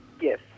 Yes